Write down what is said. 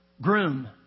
groom